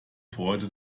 freude